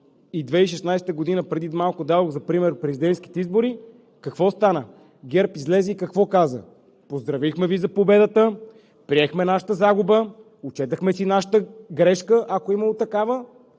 изборите… Преди малко дадох за пример президентските избори през 2016 г., какво стана? ГЕРБ излезе и какво каза? Поздравихме Ви за победата, приехме нашата загуба, отчетохме си нашата грешка, ако е имало такава,